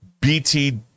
BT